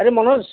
ଆରେ ମନୋଜ